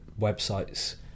websites